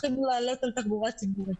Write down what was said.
צריכים לעלות על אוטובוסים.